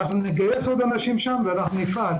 אנחנו נגייס עוד אנשים לשם ונפעל.